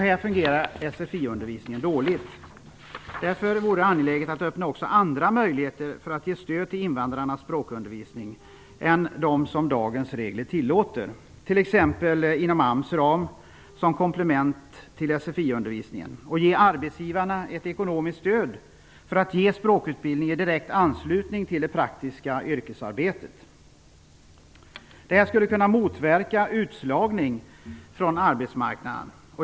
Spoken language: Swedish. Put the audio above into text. Här fungerar sfi-undervisningen sämre. Det vore därför angeläget att öppna också andra möjligheter att ge stöd till invandrarnas språkundervisning än de som dagens regler tillåter, t.ex. inom Man skulle kunna ge arbetsgivarna ett ekonomiskt stöd för att ge språkutbildning i direkt anslutning till det praktiska yrkesarbetet. Detta skulle kunna motverka utslagning från arbetsmarknaden.